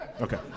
Okay